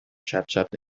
چپچپ